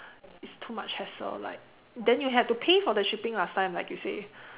it's too much hassle like then you have to pay for the shipping last time like you say